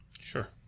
sure